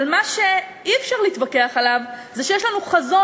אבל מה שאי-אפשר להתווכח עליו זה שיש לנו חזון,